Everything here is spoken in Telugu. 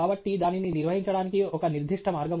కాబట్టి దానిని నిర్వహించడానికి ఒక నిర్దిష్ట మార్గం ఉంది